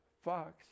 Fox